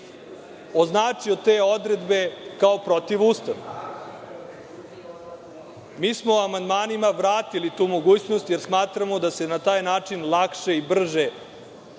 označio te odredbe kao protivustavne. Mi smo amandmanima vratili tu mogućnost jer smatramo da se na taj način lakše i brže